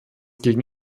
gegen